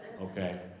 okay